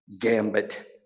gambit